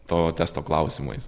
to testo klausimais